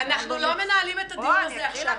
אנחנו לא מנהלים את הדיון הזה עכשיו.